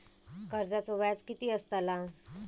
कर्जाचो व्याज कीती असताला?